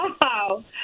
Wow